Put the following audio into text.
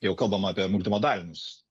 jau kalbama apie multimodalinius